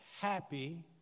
happy